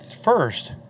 first